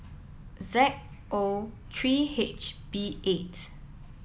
Z O three H B eight